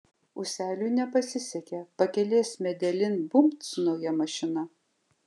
ūseliui nepasisekė pakelės medelin bumbt su nauja mašina